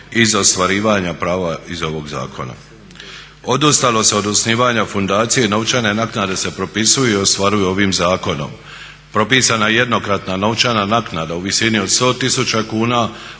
iz ostvarivanja prava iz ovog zakona. Odustalo se od osnivanja fundacije, novčane naknade se propisuju i ostvaruju ovim zakonom. Propisana je jednokratna novčana naknada u visini od 100 tisuća